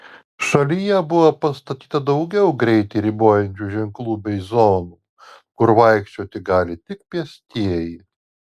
šalyje buvo pastatyta daugiau greitį ribojančių ženklų bei zonų kur vaikščioti gali tik pėstieji